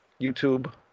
YouTube